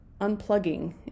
unplugging